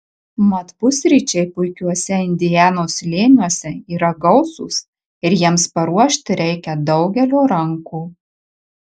mat pusryčiai puikiuose indianos slėniuose yra gausūs ir jiems paruošti reikia daugelio rankų